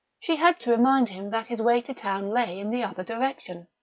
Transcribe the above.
she had to remind him that his way to town lay in the other direction.